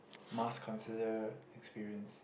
must consider experience